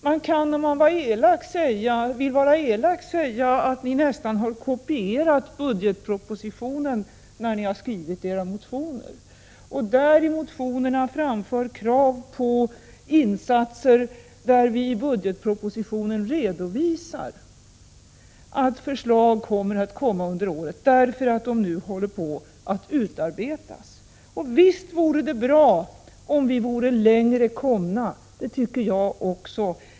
Man kan, om man vill vara elak, säga att ni nästan har kopierat budgetpropositionen när ni har skrivit era motioner, där ni framför krav på insatser på områden där vi i budgetpropositionen redovisar att förslag kommer under året; de håller nu på att utarbetas. Visst vore det bra om vi vore längre komna — det tycker jag också.